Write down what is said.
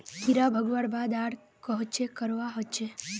कीड़ा भगवार बाद आर कोहचे करवा होचए?